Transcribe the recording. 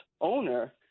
owner